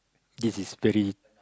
this is very